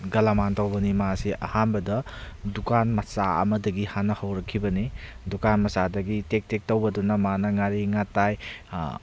ꯒꯂꯥꯃꯥꯟ ꯇꯧꯕꯅꯤ ꯃꯥꯁꯤ ꯑꯍꯥꯟꯕꯗ ꯗꯨꯀꯥꯟ ꯃꯆꯥ ꯑꯃꯗꯒꯤ ꯍꯥꯟꯅ ꯍꯧꯔꯛꯈꯤꯕꯅꯤ ꯗꯨꯀꯥꯟ ꯃꯆꯥꯗꯒꯤ ꯇꯦꯛ ꯇꯦꯛ ꯇꯧꯕꯗꯨꯅ ꯃꯥꯅ ꯉꯥꯔꯤ ꯉꯥꯇꯥꯏ